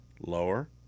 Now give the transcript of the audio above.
Lower